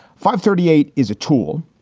five thirty eight is a tool.